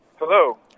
Hello